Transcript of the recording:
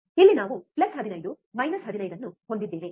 ಇಲ್ಲಿ ನಾವು plus 15 minus 15 ಅನ್ನು ಹೊಂದಿದ್ದೇವೆ